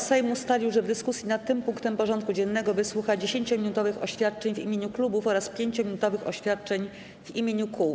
Sejm ustalił, że w dyskusji nad tym punktem porządku dziennego wysłucha 10-minutowych oświadczeń w imieniu klubów oraz 5-minutowych oświadczeń w imieniu kół.